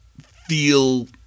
feel